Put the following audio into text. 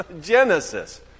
Genesis